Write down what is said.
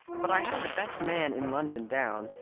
but i had the best man in london down,